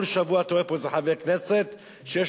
כל שבוע אתה רואה פה איזה חבר כנסת שיש